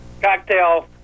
Cocktail